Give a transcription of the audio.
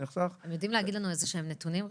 הם יודעים להגיד לנו איזשהם נתונים ראשוניים?